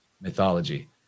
mythology